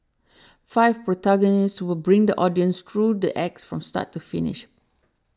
five protagonists will bring the audience through the acts from start to finish